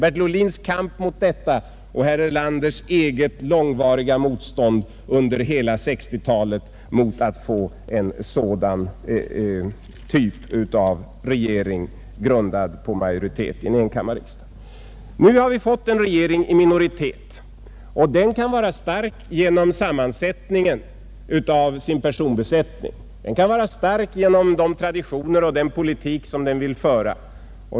Varför glömma Bertil Ohlins kamp för och herr Erlanders cpet långvariga motständ under hela 1960-talet mot att få en sådan typ av regering, grundad på majoritet i en enkammarriksdag? Nu har vi fått en regering i minoritet. Den kan vara stark genom sin personbesättning, den kan vara stark genom de traditioner den har och den politik den vill föra.